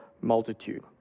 multitude